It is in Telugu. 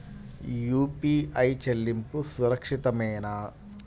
యూ.పీ.ఐ చెల్లింపు సురక్షితమేనా?